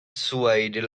swayed